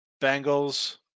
Bengals